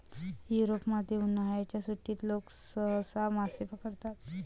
युरोपमध्ये, उन्हाळ्याच्या सुट्टीत लोक सहसा मासे पकडतात